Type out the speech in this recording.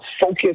focus